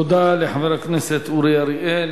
תודה לחבר הכנסת אורי אריאל.